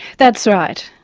that's right.